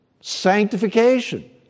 Sanctification